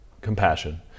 compassion